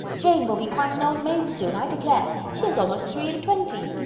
jane will be quite an old maid soon, i declare. she is almost three-and-twenty!